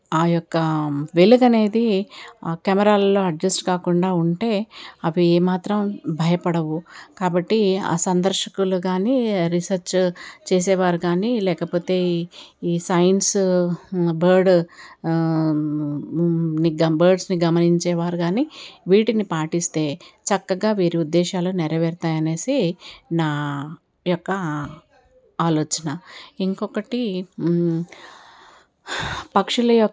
ఆయొక్క వెలుగు అనేది ఆ కెమెరాలలో అడ్జస్ట్ కాకుండా ఉంటే అవి ఏమాత్రం భయపడవు కాబట్టి ఆ సందర్శకులు కానీ రీసెర్చ్ చేసేవారు కానీ లేకపోతే ఈ సైన్స్ బర్డ్ బర్డ్స్ని గమనించేవారు కానీ వీటిని పాటిస్తే చక్కగా వీరి ఉద్దేశాలు నెరవేరుతాయి అనేసి నా యొక్క ఆలోచన ఇంకొకటి పక్షుల యొక్క